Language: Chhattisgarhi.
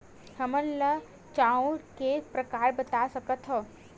हमन ला चांउर के प्रकार बता सकत हव?